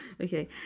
okay